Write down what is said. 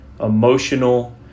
emotional